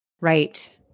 Right